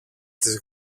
της